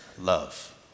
love